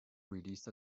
released